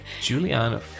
juliana